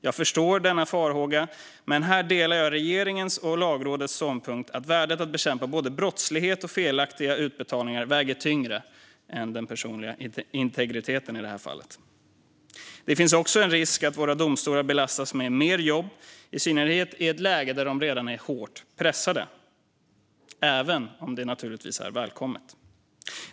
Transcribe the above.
Jag förstår denna farhåga, men här delar jag regeringens och Lagrådets ståndpunkt att värdet av att bekämpa både brottslighet och felaktiga utbetalningar väger tyngre än den personliga integriteten i det här fallet. Det finns också en risk för att våra domstolar belastas med mer jobb, i synnerhet i ett läge där de redan är hårt pressade - även om det naturligtvis är välkommet.